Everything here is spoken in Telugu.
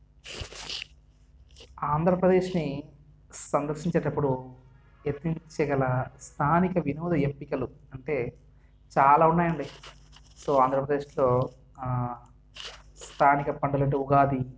ఆంధ్రప్రదేశ్ని సందర్శించేటప్పుడు యత్నించగల స్థానిక వినోద ఎంపికలు అంటే చాలా ఉన్నాయండి సో ఆంధ్రప్రదేశ్లో స్థానిక పండగలంటే ఉగాది